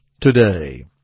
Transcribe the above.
today